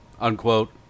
unquote